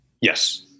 Yes